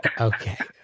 Okay